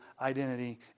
identity